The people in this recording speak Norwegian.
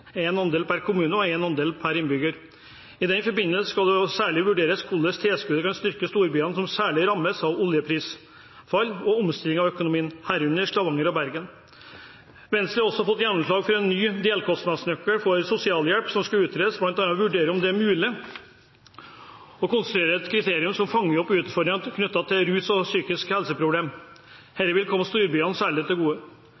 en andel per kommune og dels som en andel per innbygger. I den forbindelse skal det særlig vurderes hvordan tilskuddet kan styrke storbyene som særlig rammes av oljeprisfall og omstilling av økonomien, herunder Stavanger og Bergen. Venstre har også fått gjennomslag for at en ny delkostnadsnøkkel for sosialhjelp skal utredes, og en skal bl.a. vurdere om det er mulig å konstruere et kriterium som fanger opp utfordringer knyttet til rus og psykiske